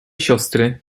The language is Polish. siostry